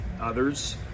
others